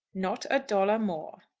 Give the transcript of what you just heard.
not a dollar more.